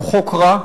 הוא חוק רע,